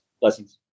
Blessings